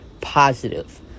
positive